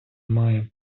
має